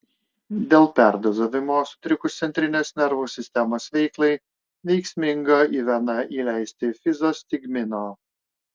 dėl perdozavimo sutrikus centrinės nervų sistemos veiklai veiksminga į veną įleisti fizostigmino